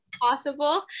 possible